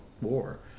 war